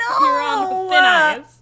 no